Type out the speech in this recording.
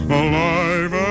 alive